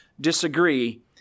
disagree